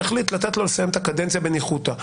והחליט לתת לו לסיים את הקדנציה בניחותא.